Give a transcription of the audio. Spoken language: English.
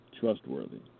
trustworthy